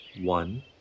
One